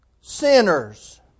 Sinners